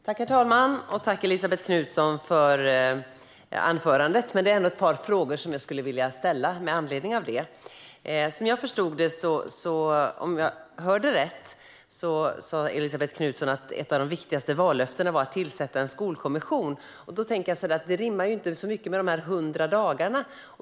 Herr talman! Tack, Elisabet Knutsson, för anförandet! Jag har ett par frågor som jag skulle vilja ställa med anledning av det. Som jag förstod det, och om jag hörde rätt, sa Elisabet Knutsson att ett av de viktigaste vallöftena var att tillsätta en skolkommission. Jag tänker att det rimmar ganska dåligt med de hundra dagarna.